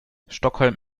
stockholm